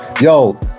yo